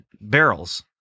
barrels